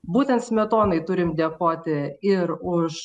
būtent smetonai turim dėkoti ir už